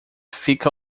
fica